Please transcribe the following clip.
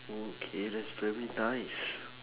okay that's very nice